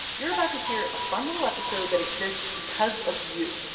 you're about to hear a fun little episode that exists because of you.